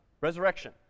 resurrection